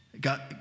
God